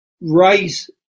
raise